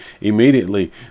immediately